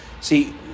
see